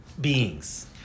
beings